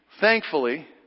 Thankfully